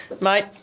mate